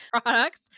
products